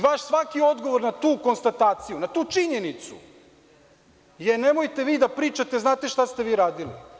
Vaš svaki odgovor na tu konstataciju, na tu činjenicu je – nemojte vi da pričate, znate šta ste vi radili.